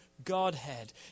Godhead